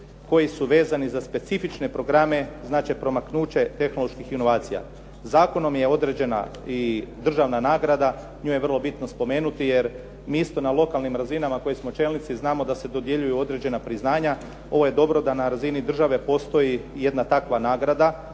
koji su vezani za specifične programe, znače promaknuće tehnoloških inovacija. Zakonom je određena i državna nagrada, nju je vrlo bitno spomenuto jer mi isto na lokalnim razinama koji smo čelnici da se dodjeljuju određena priznanja. Ovo je dobro da na razini države postoji jedna takva nagrada.